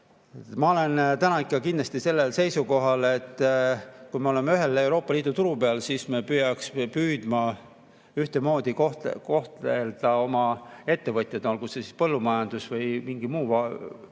Ma olen täna ikka kindlasti sellel seisukohal, et kui me oleme ühe Euroopa Liidu turu peal, siis me peaksime püüdma ühtemoodi kohelda ettevõtjaid, olgu see põllumajandus või mingi muu